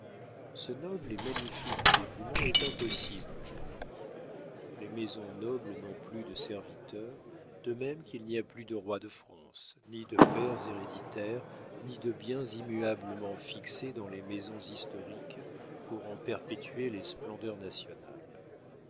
ce noble et magnifique dévouement est impossible aujourd'hui les maisons nobles n'ont plus de serviteurs de même qu'il n'y a plus de roi de france ni de pairs héréditaires ni de biens immuablement fixés dans les maisons historiques pour en perpétuer les splendeurs nationales